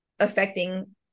affecting